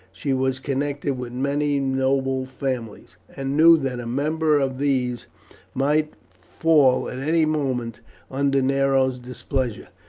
she was connected with many noble families, and knew that a member of these might fall at any moment under nero's displeasure.